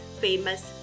famous